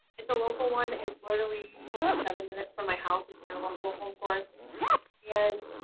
it's a local one, it's literally i think seven minutes from my house. it's my local home course and,